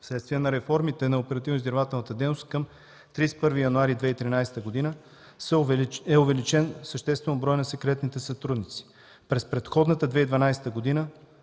Вследствие на реформите на оперативно-издирвателната дейност към 31 януари 2013 г. е увеличен съществено броят на секретните сътрудници. През предходната – 2012 г.,